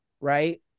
right